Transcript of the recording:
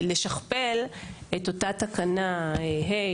לשכפל את אותה תקנה (ה),